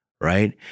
Right